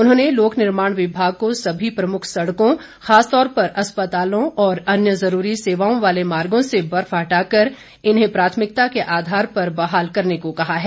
उन्होंने लोक निर्माण विभाग को सभी प्रमुख सड़कों खासतौर पर अस्पतालों और अन्य जरूरी सेवाओं वाले मार्गों से बर्फ हटाकर इन्हें प्राथमिकता के आधार पर बहाल करने को कहा है